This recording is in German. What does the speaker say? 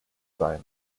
sein